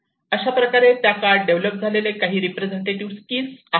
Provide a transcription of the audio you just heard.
अशाप्रकारे त्या काळात डेव्हलप झालेले काही रिप्रेझेंटेटिव्ह स्किल्स आहेत